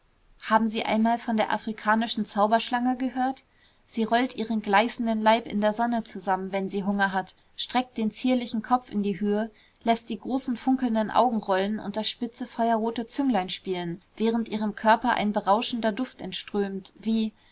haben sie einmal von der afrikanischen zauberschlange gehört sie rollt ihren gleißenden leib in der sonne zusammen wenn sie hunger hat streckt den zierlichen kopf in die höhe läßt die großen funkelnden augen rollen und das spitze feuerrote zünglein spielen während ihrem körper ein berauschender duft entströmt wie